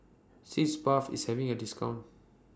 Sitz Bath IS having A discount